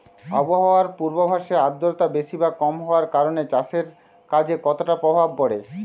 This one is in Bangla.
আবহাওয়ার পূর্বাভাসে আর্দ্রতা বেশি বা কম হওয়ার কারণে চাষের কাজে কতটা প্রভাব পড়ে?